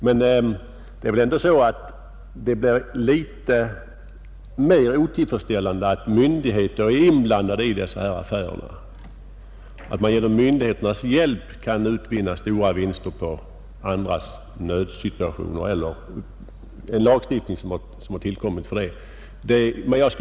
Men nog är det litet otillfredsställande att myndigheter blir inblandade i dessa affärer, dvs. att man med myndigheternas hjälp kan utvinna stora vinster på andras nödsituation genom den lagstiftning som vi har.